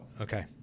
Okay